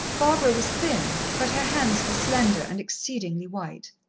barbara was thin, but her hands were slender and exceedingly white.